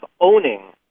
owning